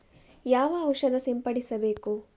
ಯಾವ ಔಷಧ ಸಿಂಪಡಿಸಬೇಕು?